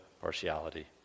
partiality